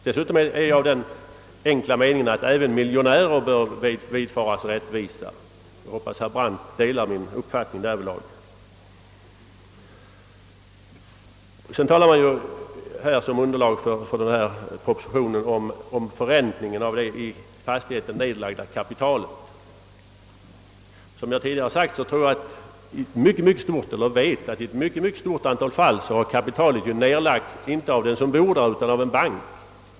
Dessutom är jag av den enkla meningen att även miljonären bör vederfaras rättvisa. Jag hoppas att herr Brandt därvidlag delar min uppfattning. Som underlag för propositionen talas om förräntningen av det i fastigheten nedlagda kapitalet. Som jag tidigare har sagt tror jag, nej, vet jag att det i ett mycket stort antal fall har nedlagts inte av den som bor i villan utan av en bank.